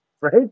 Right